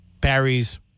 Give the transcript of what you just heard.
Barry's